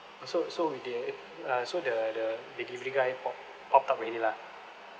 so so we they uh so the the the delivery guy pop pop up already lah